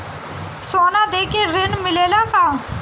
सोना देके ऋण मिलेला का?